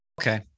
okay